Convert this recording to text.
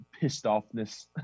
pissed-offness